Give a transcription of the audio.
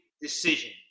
decision